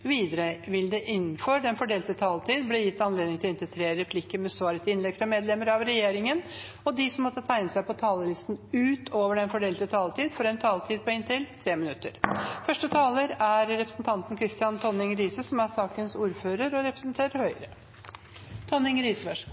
Videre vil det – innenfor den fordelte taletid – bli gitt anledning til inntil seks replikker med svar etter innlegg fra medlemmer av regjeringen, og de som måtte tegne seg på talerlisten utover den fordelte taletid, får en taletid på inntil 3 minutter. Jeg vil starte med å takke komiteen for samarbeidet. Jeg rakk akkurat å komme tilbake og overta som saksordfører. I dag behandler Stortinget denne saken i en samleinnstilling fra transportkomiteen